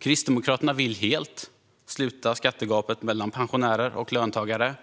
Kristdemokraterna vill helt sluta skattegapet mellan pensionärer och löntagare